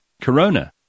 Corona